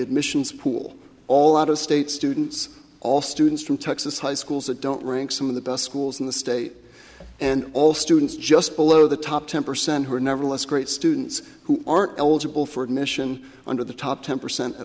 admissions pool all out of state students all students from texas high schools that don't rank some of the best schools in the state and all students just below the top ten percent who are nevertheless great students who are eligible for admission under the top ten percent